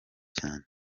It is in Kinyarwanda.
cyane